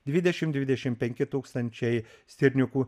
dvidešim devidešim penki tūkstančiai stirniukų